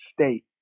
state